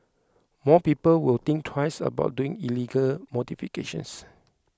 more people will think twice about doing illegal modifications